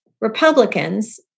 Republicans